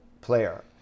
player